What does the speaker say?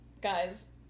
guys